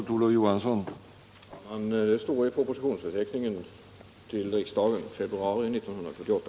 Herr talman! Det står i propositionsförteckningen till riksdagen: Februari 1978.